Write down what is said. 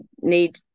need